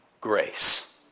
grace